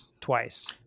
twice